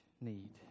need